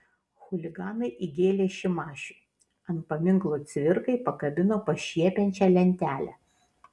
chuliganai įgėlė šimašiui ant paminklo cvirkai pakabino pašiepiančią lentelę